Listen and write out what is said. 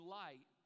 light